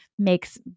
makes